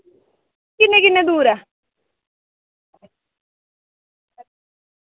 किन्ने किन्ने दूर ऐ